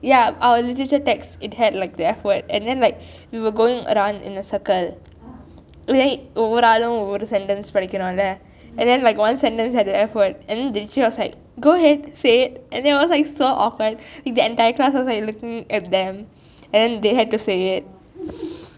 yup our literature text it had like the F word and then like we were going around in a circle then ஒவ்வொரு ஆளும் ஒவ்வொரு:ovoru aalum ovoru sentence படிக்கனும் லே:padikanum lei and then like one sentence had the F word and the teacher was like go ahead say it and then I was like so awkward the entire class was like looking at them and they had to say it